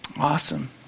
Awesome